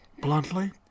Bluntly